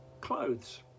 Clothes